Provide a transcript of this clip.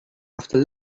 after